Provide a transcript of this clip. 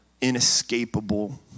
inescapable